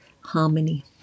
harmony